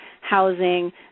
housing